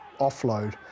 offload